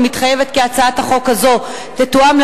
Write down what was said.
אני מתחייבת כי הצעת החוק הזו תתואם עם